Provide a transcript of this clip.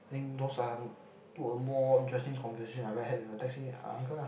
I think those are two or more interesting conversation that I had with a taxi uncle lah